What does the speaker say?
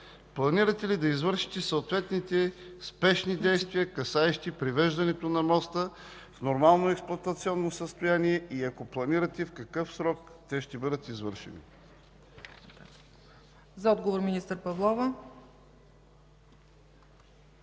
планирате ли да извършите съответните спешни действия, касаещи привеждането на моста в нормално експлоатационно състояние и ако планирате, в какъв срок те ще бъдат извършени? ПРЕДСЕДАТЕЛ ЦЕЦКА